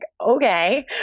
okay